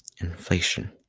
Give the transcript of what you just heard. Inflation